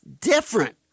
different